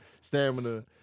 stamina